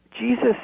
Jesus